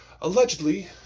allegedly